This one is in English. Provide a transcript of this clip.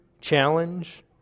challenge